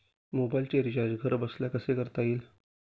मोबाइलचे रिचार्ज घरबसल्या कसे करता येईल?